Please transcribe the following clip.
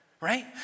right